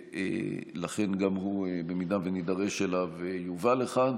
ולכן גם הוא, במידה שנידרש אליו, יובא לכאן,